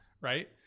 right